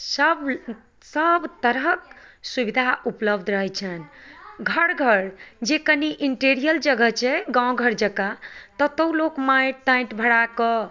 सभ सभ तरहक सुविधा उपलब्ध रहै छनि घर घर जे कनि इन्टिरियर जगह छै गाँव घर जाकऽ ततौ लोक माटि ताटि भरा कऽ